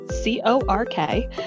C-O-R-K